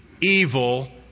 evil